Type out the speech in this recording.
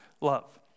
love